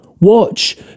Watch